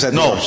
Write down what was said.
no